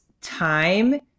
time